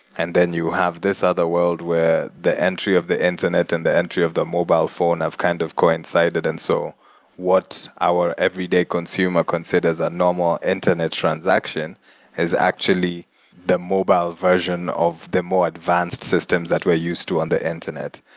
and then, you have this other world where the entry of the internet and the entry of the mobile phone have kind of coincided. and so what our everyday consumer considers are normal internet transaction is actually the mobile version of the more advanced system that we're used to on the internet.